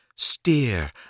Steer